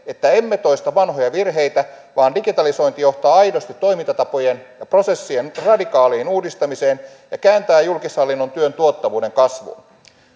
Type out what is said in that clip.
että emme toista vanhoja virheitä vaan digitalisointi johtaa aidosti toimintatapojen ja prosessien radikaaliin uudistamiseen ja kääntää julkishallinnon työn tuottavuuden kasvuun